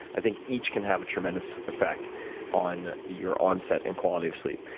i think each can have a tremendous effect on your onset and quality of sleep.